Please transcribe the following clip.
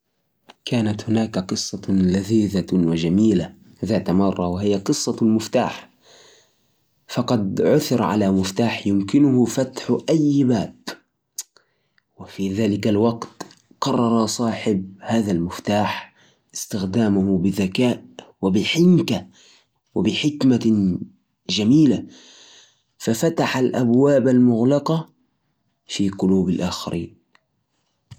ذات مرة، عثر على مفتاح يمكنه فتح أي باب. قرر الشاب اللي لقاه أن يجرب حظه ويمشي في طرق المدينة القديمة. كل باب يفتح ويكشف له سر جديد، أو كنز مخفي من زمان. وفي آخر باب، لقا قدامه صندوق مكتوب عليه، مفتاح أسرار روحك.